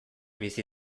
bizi